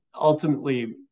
ultimately